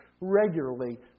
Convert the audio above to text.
regularly